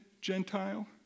Gentile